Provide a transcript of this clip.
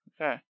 Okay